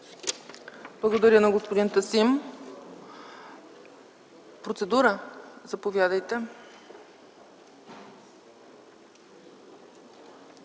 Благодаря на господин Тасим. Процедура – заповядайте.